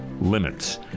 limits